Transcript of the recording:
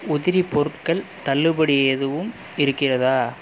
உதிரி பொருட்கள் தள்ளுபடி எதுவும் இருக்கிறதா